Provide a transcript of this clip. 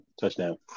Touchdown